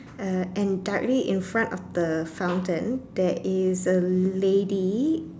uh and directly in front of the fountain there is a lady